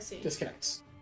disconnects